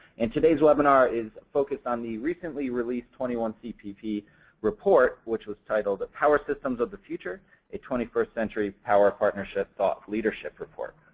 and today's webinar is focused on the recently released twenty one cpp report, which was titled power systems of the future a twenty first century power partnership thought leadership report.